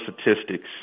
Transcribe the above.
statistics